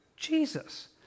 Jesus